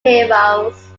heroes